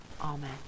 Amen